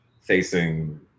facing